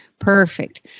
Perfect